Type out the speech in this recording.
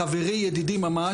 לחברי ידידי ממש,